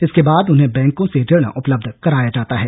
इसके बाद उन्हें बैंकों से ऋण उपलब्ध कराया जाता है